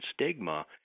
stigma